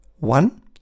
One